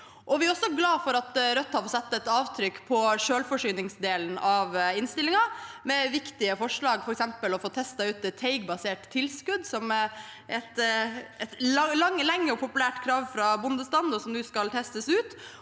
Vi er også glad for at Rødt har fått satt avtrykk på selvforsyningsdelen i innstillingen med viktige forslag, som f.eks. å få testet ut et teigbasert tilskudd, som lenge har vært et populært krav fra bondestanden, og som nå skal testes ut,